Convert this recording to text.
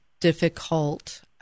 difficult